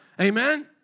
Amen